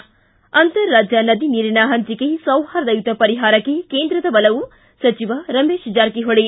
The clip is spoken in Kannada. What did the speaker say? ಿ ಅಂತರರಾಜ್ಯ ನದಿ ನೀರಿನ ಹಂಚಿಕೆ ಸೌಹಾರ್ದಯುತ ಪರಿಹಾರಕ್ಷೆ ಕೇಂದ್ರದ ಒಲವು ಸಚಿವ ರಮೇಶ ಜಾರಕಿಹೊಳಿ